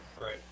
Right